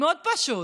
מאוד פשוט.